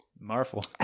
Marvel